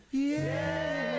yeah